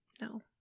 no